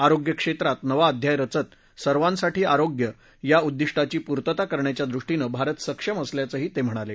आरोग्य क्षेत्रात नवा अध्याय रचत सर्वांसाठी आरोग्य या उद्दिष्टाची पूर्तता करण्याच्या दृष्टीनं भारत सक्षम असल्याचंही ते म्हणाले